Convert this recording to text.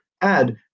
add